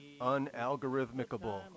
unalgorithmicable